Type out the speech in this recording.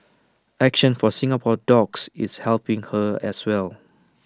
action for Singapore dogs is helping her as well